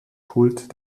kult